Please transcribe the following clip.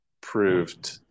proved